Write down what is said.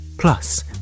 Plus